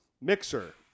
Mixer